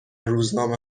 روزنامه